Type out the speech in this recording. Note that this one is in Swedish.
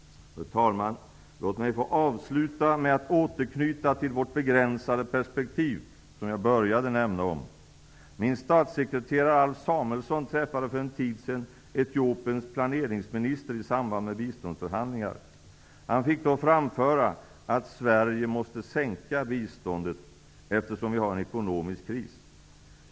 Fru talman! Låt mig avsluta med att återknyta till vårt begränsade perspektiv, som jag nämnde om i början. Min statssekreterare Alf Samuelsson träffade för en tid sedan Etiopiens planeringsminister i samband med biståndsförhandlingar. Han fick då framföra att Sverige måste sänka biståndet, eftersom vi har en ekonomisk kris.